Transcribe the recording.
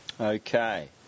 Okay